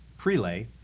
prelay